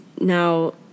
now